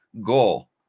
goal